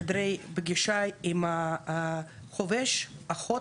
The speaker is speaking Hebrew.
חדרי פגישה עם חובש ואחות,